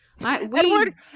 Edward